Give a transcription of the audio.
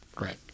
Right